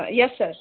yes sir